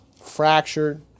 fractured